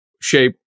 shape